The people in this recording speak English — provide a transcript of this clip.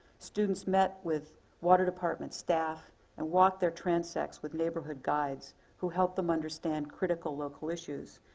students met with water department staff and walked their transects with neighborhood guides who helped them understand critical local issues,